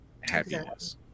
happiness